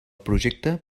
projecte